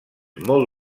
molt